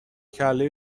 کله